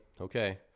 okay